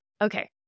Okay